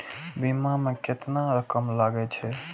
बीमा में केतना रकम लगे छै?